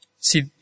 See